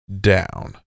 down